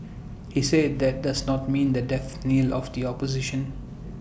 he said that does not mean the death knell of the opposition